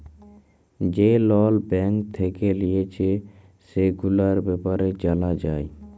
যে লল ব্যাঙ্ক থেক্যে লিয়েছে, সেগুলার ব্যাপারে জালা যায়